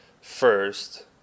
first